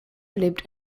lebt